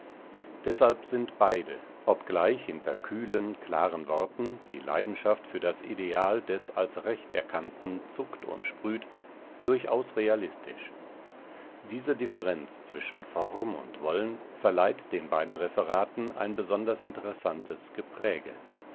deshalb sind beide obgleich hinter kühlen klaren worten die leidenschaft für das ideal des als recht erkannten zuckt und sprüht durchaus realistisch diese differenz zwischen form und wollen verleiht den beiden referaten ein besonders interessantes gepräge